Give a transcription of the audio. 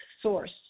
Source